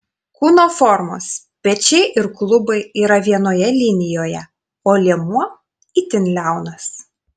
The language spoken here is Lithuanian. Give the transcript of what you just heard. kūno formos pečiai ir klubai yra vienoje linijoje o liemuo itin liaunas